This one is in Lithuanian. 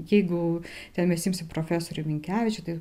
jeigu ten mes imsim profesorių minkevičių tai